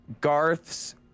Garth's